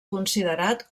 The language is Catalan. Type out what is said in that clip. considerat